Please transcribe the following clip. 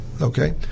Okay